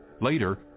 Later